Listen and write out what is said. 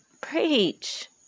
Preach